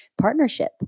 partnership